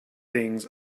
things